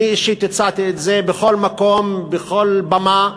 אני אישית הצעתי את זה בכל מקום, בכל במה: